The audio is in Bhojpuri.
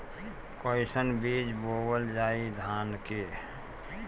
कईसन बीज बोअल जाई धान के?